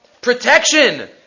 protection